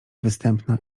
występna